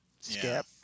skip